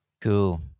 Cool